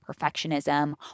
perfectionism